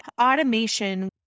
automation